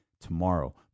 tomorrow